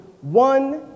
one